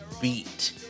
beat